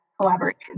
collaboration